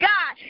God